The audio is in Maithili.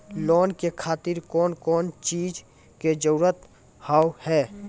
लोन के खातिर कौन कौन चीज के जरूरत हाव है?